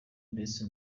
ndetse